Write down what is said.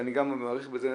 אני גם מעריך את זה באמת,